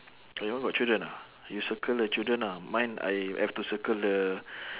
your one got children ah you circle the children ah mine I have to circle the